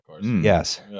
Yes